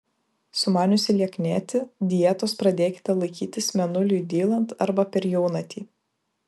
sumaniusi lieknėti dietos pradėkite laikytis mėnuliui dylant arba per jaunatį